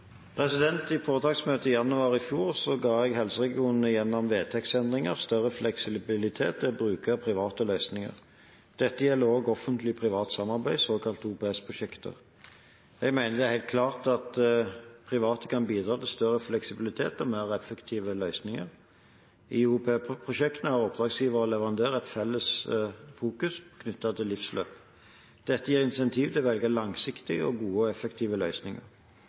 I foretaksmøtet i januar i fjor ga jeg helseregionene – gjennom vedtektsendringer – større fleksibilitet til å bruke private løsninger. Dette gjelder også offentlig-privat samarbeid, såkalte OPS-prosjekter. Jeg mener det er helt klart at private kan bidra til større fleksibilitet og mer effektive løsninger. I OPS-prosjekter har oppdragsgiver og leverandør et felles fokus knyttet til livsløp. Dette gir incentiv til å velge langsiktige, gode og effektive løsninger.